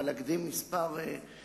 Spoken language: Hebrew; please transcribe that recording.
אבל אקדים מלים מספר,